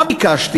מה ביקשתי?